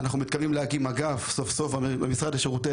אנחנו מתכוונים להקים סוף-סוף אגף במשרד לשירותי